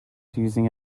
using